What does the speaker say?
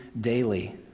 daily